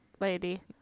lady